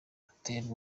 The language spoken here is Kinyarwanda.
haterwa